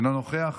אינו נוכח,